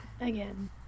Again